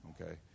okay